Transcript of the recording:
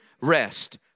rest